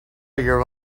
your